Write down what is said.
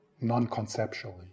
non-conceptually